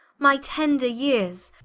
my tender yeares,